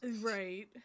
right